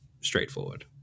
straightforward